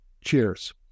cheers